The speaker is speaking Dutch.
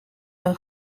aan